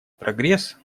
прогресс